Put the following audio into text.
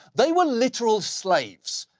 they were literal slaves.